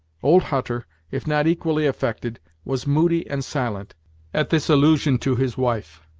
old hutter, if not equally affected, was moody and silent at this allusion to his wife.